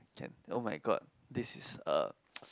can oh my god this is a